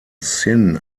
sin